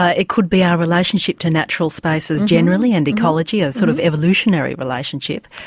ah it could be our relationship to natural spaces generally and ecology, a sort of evolutionary relationship.